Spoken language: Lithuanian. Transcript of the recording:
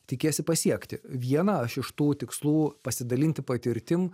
tikiesi pasiekti vieną aš iš tų tikslų pasidalinti patirtim